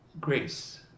grace